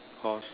because